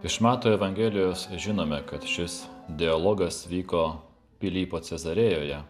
iš mato evangelijos žinome kad šis dialogas vyko pilypo cezarėjoje